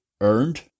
earned